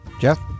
Jeff